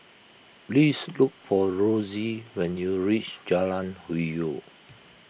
please look for Rosey when you reach Jalan Hwi Yoh